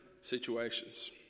situations